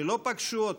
שלא פגשו אותו,